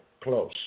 close